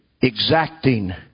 exacting